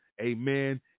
amen